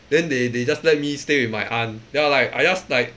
then they they just let me stay with my aunt then I like I just like